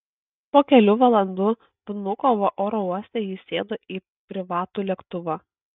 po kelių valandų vnukovo oro uoste jis sėdo į privatų lėktuvą